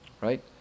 Right